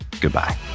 Goodbye